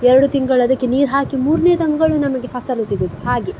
ಎರಡು ತಿಂಗಳು ಅದಕ್ಕೆ ನೀರು ಹಾಕಿ ಮೂರನೇ ತಿಂಗಳು ನಮಗೆ ಫಸಲು ಸಿಗೋದು ಹಾಗೆ